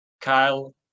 Kyle